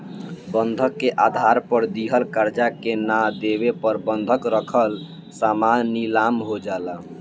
बंधक के आधार पर दिहल कर्जा के ना देवे पर बंधक रखल सामान नीलाम हो जाला